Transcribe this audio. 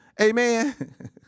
Amen